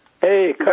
Hey